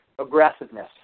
aggressiveness